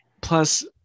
Plus